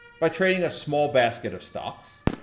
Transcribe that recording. by trading a small basket of stocks,